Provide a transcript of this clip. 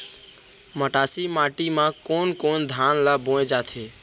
मटासी माटी मा कोन कोन धान ला बोये जाथे?